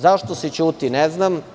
Zašto se ćuti, ne znam?